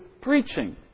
preaching